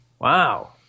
Wow